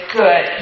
good